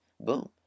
boom